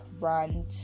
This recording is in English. brand